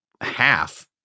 half